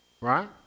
right